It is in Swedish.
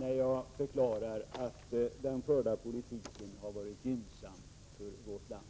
när jag förklarar att den förda politiken har varit gynnsam för vårt land.